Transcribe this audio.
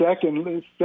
secondly